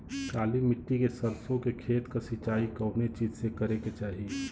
काली मिट्टी के सरसों के खेत क सिंचाई कवने चीज़से करेके चाही?